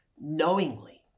knowingly